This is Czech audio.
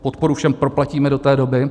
Podporu všem proplatíme do té doby.